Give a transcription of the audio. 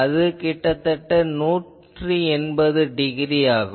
அது கிட்டத்தட்ட 180 டிகிரி ஆகும்